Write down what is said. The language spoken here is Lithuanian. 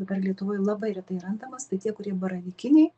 bet dar lietuvoj labai retai randamas tai tie kurie baravykiniai